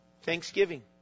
Thanksgiving